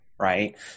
right